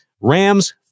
Rams